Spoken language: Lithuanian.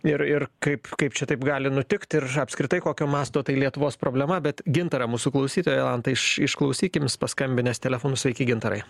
ir ir kaip kaip čia taip gali nutikt ir apskritai kokio masto tai lietuvos problema bet gintarą mūsų klausytoją jolanta iš išklausykim jis paskambinęs telefonu sveiki gintarai